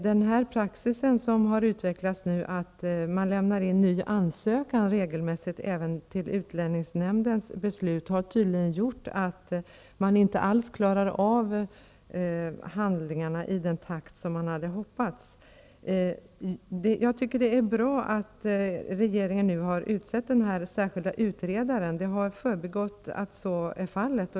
Den praxis som nu har utvecklats och som innebär att flyktingarna regelmässigt lämnar in en ny ansökan även till utlänningsnämnden, har tydligen gjort att myndigheterna inte alls klarar av ansökningarna i den takt man hade hoppats. Det är bra att regeringen nu har utsett en särskild utredare. Det har förbigått mig att så är fallet.